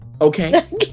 okay